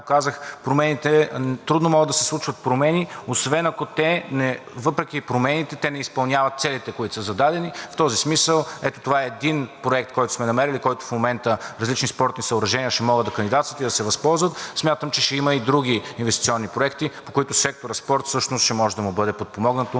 казах, трудно могат да се случват промени, освен ако въпреки промените те не изпълняват целите, които са зададени. В този смисъл ето това е един проект, който сме намерили, по който в момента различни спортни съоръжения ще могат да кандидатстват и да се възползват. Смятам, че ще има и други инвестиционни проекти, в които секторът спорт всъщност ще може да бъде подпомогнат